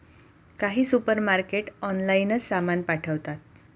काही सुपरमार्केट ऑनलाइनच सामान पाठवतात